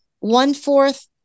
one-fourth